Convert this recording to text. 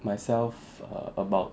myself err about